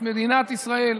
את מדינת ישראל,